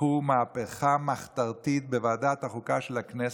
רקחו מהפכה מחתרתית בוועדת החוקה של הכנסת,